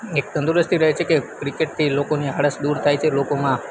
એક તંદુરસ્તી રહે છે કે ક્રિકેટથી લોકોની આળસ દૂર થાય છે લોકોમાં